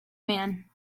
man